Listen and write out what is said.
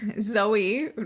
zoe